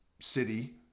city